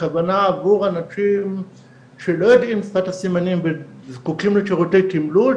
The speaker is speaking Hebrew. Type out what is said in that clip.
הכוונה עבור אנשים שלא יודעים שפת הסימנים וזקוקים לשירותי תימלול,